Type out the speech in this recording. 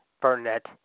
Burnett